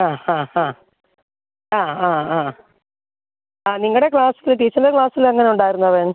ആ ഹാ ഹാ ആ ആ ആ ആ നിങ്ങളുടെ ക്ലാസിൽ ടീച്ചറിൻ്റെ ക്ലാസിൽ എങ്ങനെ ഉണ്ടായിരുന്നു അവൻ